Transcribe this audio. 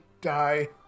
Die